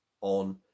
on